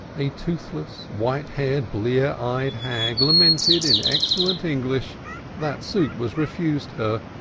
a toothless, white-haired, blear-eyed hag lamented in excellent english that soup was refused her,